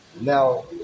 now